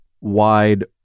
wide